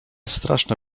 straszne